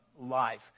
life